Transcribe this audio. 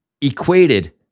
equated